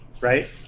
Right